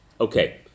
Okay